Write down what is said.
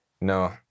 No